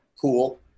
pool